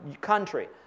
country